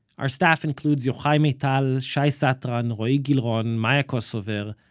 our staff includes yochai maital, shai satran, roee gilron, and maya kosover,